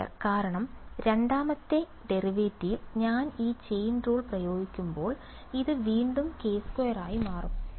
k2 കാരണം രണ്ടാമത്തെ derivative ഞാൻ ഈ ചെയിൻ റൂൾ പ്രയോഗിക്കുമ്പോൾ അത് വീണ്ടും k2 ആയി മാറും